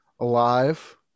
alive